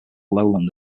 lowland